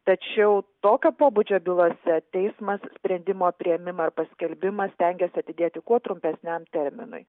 tačiau tokio pobūdžio bylose teismas sprendimo priėmimą ir paskelbimą stengiasi atidėti kuo trumpesniam terminui